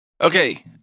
Okay